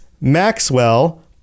Maxwell